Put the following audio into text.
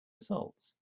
results